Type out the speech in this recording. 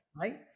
Right